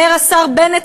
אומר השר בנט,